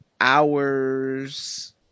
hours